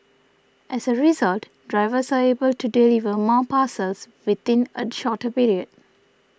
as a result drivers are able to deliver more parcels within a shorter period